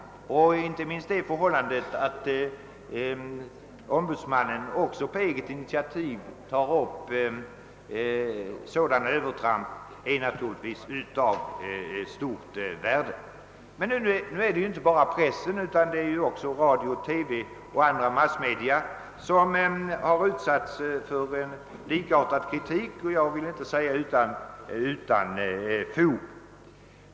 Inte minst det förhållandet att ombudsmannen också på eget initiativ tar upp övertramp är av stort värde. Nu är det emellertid inte bara pressen utan också TV och andra massmedia som har utsatts för likartad kritik — inte utan fog, skulle jag vilja säga.